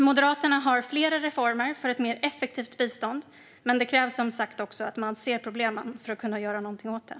Moderaterna har flera reformer för ett mer effektivt bistånd, men det krävs som sagt att man också ser problemen för att kunna göra något åt dem.